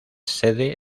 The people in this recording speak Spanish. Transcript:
sede